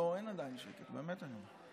לא, עדיין אין שקט, באמת אני אומר.